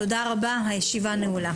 תודה רבה, הישיבה נעולה.